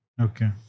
Okay